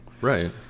Right